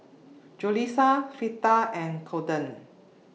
Julissa Fleta and Colten